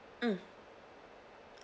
mm